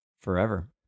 Forever